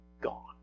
gone